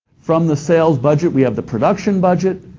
from the sales budget, we have the production budget.